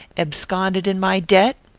absconded in my debt?